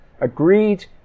agreed